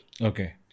Okay